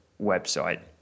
website